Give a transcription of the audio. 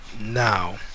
now